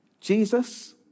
Jesus